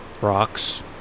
rocks